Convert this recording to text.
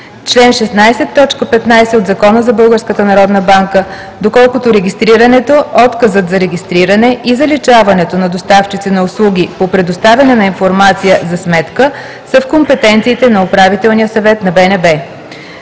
за Българската народна банка, доколкото регистрирането, отказът за регистриране и заличаването на доставчици на услуги по предоставяне на информация за сметка са в компетенциите на Управителния съвет на БНБ;